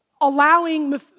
allowing